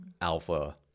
alpha